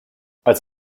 als